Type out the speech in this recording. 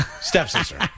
stepsister